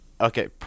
Okay